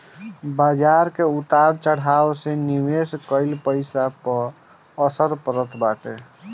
बाजार के उतार चढ़ाव से निवेश कईल पईसा पअ असर पड़त बाटे